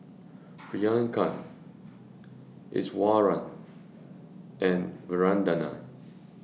Priyanka Iswaran and Vandana